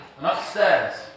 upstairs